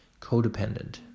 codependent